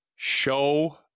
Show